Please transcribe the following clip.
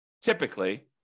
typically